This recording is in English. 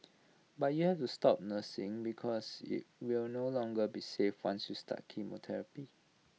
but you have the stop nursing because IT will no longer be safe once you start chemotherapy